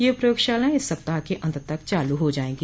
ये प्रयोगशालाएं इस सप्ताह के अंत तक चालू हो जायेंगी